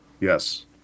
Yes